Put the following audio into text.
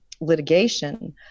litigation